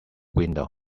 window